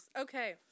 Okay